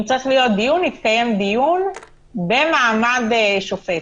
אם צריך להיות דיון יתקיים דיון במעמד שופט.